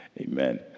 Amen